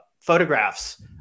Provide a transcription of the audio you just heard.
photographs